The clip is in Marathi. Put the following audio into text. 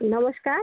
नमस्कार